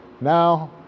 now